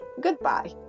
goodbye